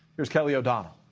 here's kelly o'donnell.